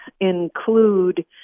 include